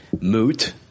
moot